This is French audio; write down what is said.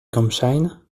gambsheim